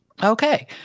Okay